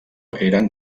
eren